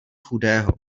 chudého